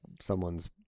Someone's